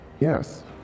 yes